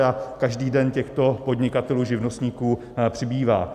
A každý den těchto podnikatelů a živnostníků přibývá.